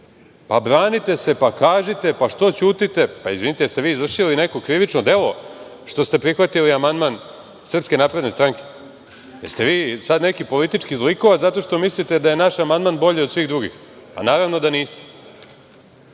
branite se, pa kažite, pa što ćutite, pa izvinite, jeste vi izvršili neko krivično delo što ste prihvatili amandman SNS? Jeste vi sad neki politički zlikovac zato što mislite da je naš amandman bolji od svih drugih? Pa naravno da niste. Ja